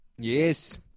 Yes